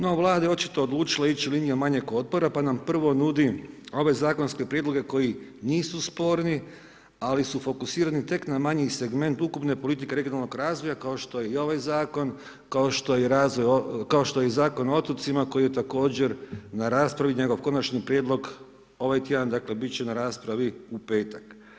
No Vlada je očito odlučila ići linijom manjeg otpora pa nam prvo nudi ove Zakonske prijedloga koji nisu sporni, ali su fokusirani tek na manji segment ukupne politike regionalnog razvoja, kao što je i ovaj Zakon, kao što je i razvoj, kao što je i Zakon o otocima, koji je također na raspravi, njegov Konačni prijedlog, ovaj tjedan, dakle bit će na raspravi u petak.